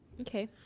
Okay